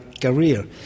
career